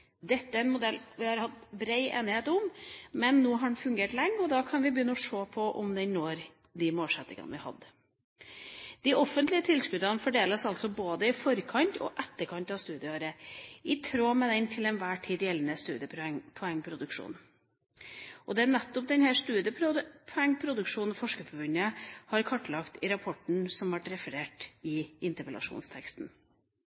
Dette er en modell vi har hatt bred enighet om, men nå har den fungert lenge, og da kan vi begynne å se på om den når de målsettingene vi hadde. De offentlige tilskuddene fordeles altså både i forkant og etterkant av studieåret, i tråd med den til enhver tid gjeldende studiepoengproduksjonen. Det er nettopp denne studiepoengproduksjonen Forskerforbundet har kartlagt i rapporten det ble referert